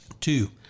Two